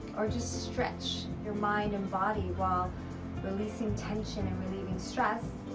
or just stretch your mind and body, while releasing tension and relieving stress,